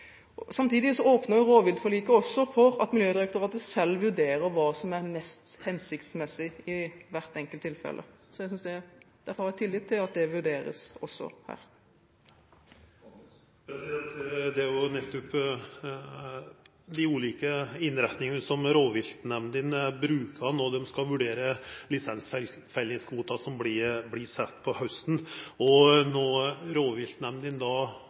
også for at Miljødirektoratet selv vurderer hva som er mest hensiktsmessig i hvert enkelt tilfelle. Derfor har jeg tillit til at det vurderes også her. Det er nettopp dei ulike innrettingane som rovviltnemndene bruker når dei skal vurdera lisensfellingskvoten som vert sett på hausten. Når rovviltnemndene set sine kvotar, er dei baserte på bestandsregistreringa som er gjort. Meiner klima- og